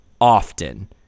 often